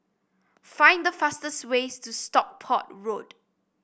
find the fastest ways to Stockport Road